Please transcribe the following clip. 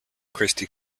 christi